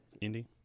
indy